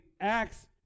acts